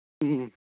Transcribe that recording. ꯎꯝ